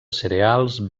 cereals